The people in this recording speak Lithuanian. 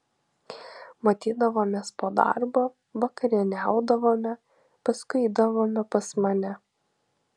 matydavomės po darbo vakarieniaudavome paskui eidavome pas mane